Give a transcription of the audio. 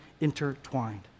intertwined